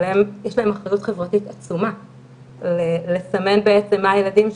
אבל להם יש להם אחריות חברתית עצומה לסמן בעצם מה הילדים,